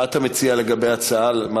מה אתה מציע לגבי ההצעה?